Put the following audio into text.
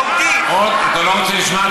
אתה לא רוצה לשמוע,